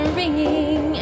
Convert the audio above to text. ringing